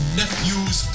nephew's